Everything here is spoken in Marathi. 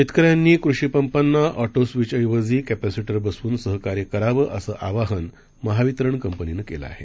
शेतकऱ्यांनीकृषिपंपांनाऑटोस्विचऐवजीकॅपॅसिटरबसवूनसहकार्यकरावं असंआवाहनमहावितरणकंपनीनंकेलंआहे